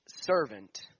servant